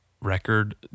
record